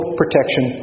protection